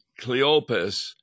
cleopas